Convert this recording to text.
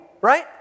right